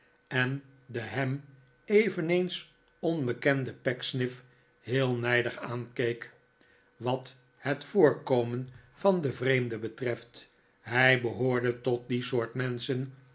en den hem eveneens onbekenden pecksniff heel nijdig aankeek wat het voorkomen van den vreemde betreft hij behoorde tot die soort menschen